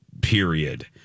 period